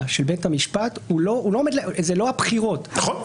של בית המשפט זה לא הבחירות -- נכון.